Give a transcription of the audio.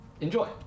enjoy